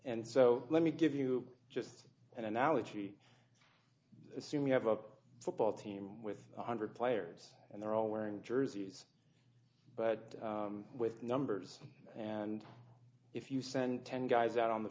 and so let me give you just an analogy assume you have a p football team with one hundred players and they're all wearing jerseys but with numbers and if you send ten guys out on the